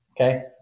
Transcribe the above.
Okay